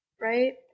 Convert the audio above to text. right